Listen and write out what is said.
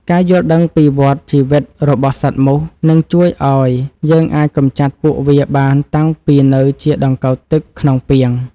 ការយល់ដឹងពីវដ្តជីវិតរបស់សត្វមូសនឹងជួយឱ្យយើងអាចកម្ចាត់ពួកវាបានតាំងពីនៅជាដង្កូវទឹកក្នុងពាង។